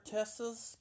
Tessa's